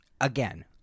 Again